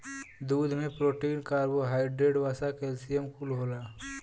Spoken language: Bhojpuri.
दूध में प्रोटीन, कर्बोहाइड्रेट, वसा, कैल्सियम कुल होला